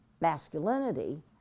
masculinity